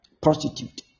prostitute